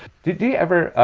did he ever?